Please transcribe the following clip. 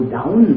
down